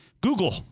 Google